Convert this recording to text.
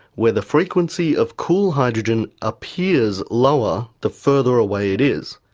where the frequency of cool hydrogen appears lower the further away it is.